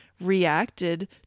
reacted